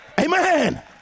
Amen